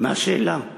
מה השאלה?